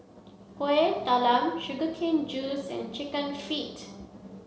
Kueh Talam sugar cane juice and chicken feet